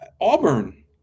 Auburn